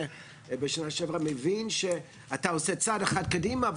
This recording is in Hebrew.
בשנה שעברה מבין שאתה עושה צעד אחד קדימה,